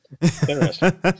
Interesting